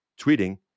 tweeting